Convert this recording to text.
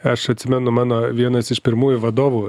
aš atsimenu mano vienas iš pirmųjų vadovų